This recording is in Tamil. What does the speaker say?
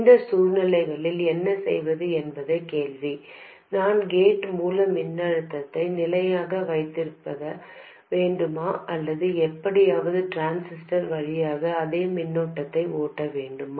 இந்த சூழ்நிலைகளில் என்ன செய்வது என்பது கேள்வி நான் கேட் மூல மின்னழுத்தத்தை நிலையாக வைத்திருக்க வேண்டுமா அல்லது எப்படியாவது டிரான்சிஸ்டர் வழியாக அதே மின்னோட்டத்தை ஓட்ட வேண்டுமா